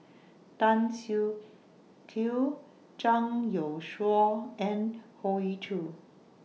Tan Siak Kew Zhang Youshuo and Hoey Choo